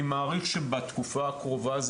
אני מעריך שבתקופה הקרובה,